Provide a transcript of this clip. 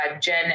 Jen